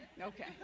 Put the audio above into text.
okay